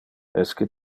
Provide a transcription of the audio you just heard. esque